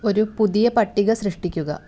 ഒരു പുതിയ പട്ടിക സൃഷ്ടിക്കുക